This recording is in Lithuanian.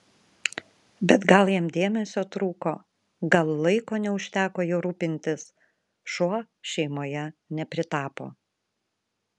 bet gal jam dėmesio trūko gal laiko neužteko juo rūpintis šuo šeimoje nepritapo